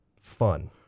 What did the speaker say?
fun